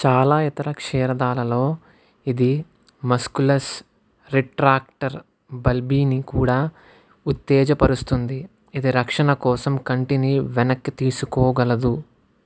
చాలా ఇతర క్షీరదాలలో ఇది మస్క్యులస్ రిట్రాక్టర్ బల్బీని కూడా ఉత్తేజకపరుస్తుంది ఇది రక్షణ కోసం కంటిని వెనక్కి తీసుకోగలదు